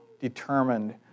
determined